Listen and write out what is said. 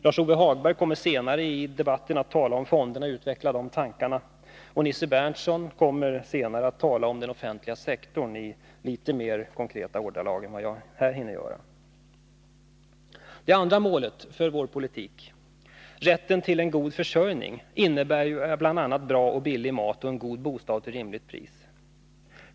Lars-Ove Hagberg kommer senare i debatten att tala om fonderna och utveckla de tankarna. Nils Berndtson kommer senare att tala om den offentliga sektorn i litet mer konkreta ordalag än vad jag hinner göra. Det andra målet för vår politik — rätten till en god försörjning — innebär bl.a. bra och billig mat och en god bostad till rimligt pris.